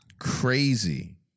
Crazy